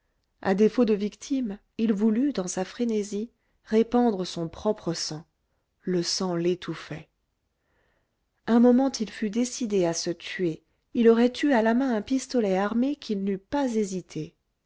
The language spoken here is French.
à défaut de victime il voulut dans sa frénésie répandre son propre sang le sang l'étouffait un moment il fut décidé à se tuer il aurait eu à la main un pistolet armé qu'il n'eût pas hésité